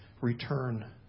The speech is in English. return